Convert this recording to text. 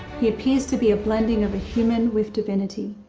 he appears to be a blending of a human with divinity,